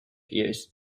ears